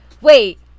Wait